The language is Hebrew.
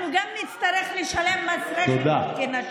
אנחנו גם נצטרך לשלם מס רחם כנשים.